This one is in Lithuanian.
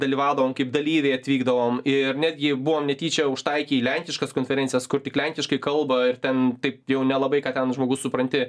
dalyvaudavom kaip dalyviai atvykdavom ir netgi buvom netyčia užtaikę į lenkiškas konferencijas kur tik lenkiškai kalba ir ten taip jau nelabai ką ten žmogus supranti